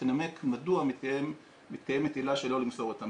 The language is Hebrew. שתנמק מדוע מתקיימת עילה שלא למסור את המידע.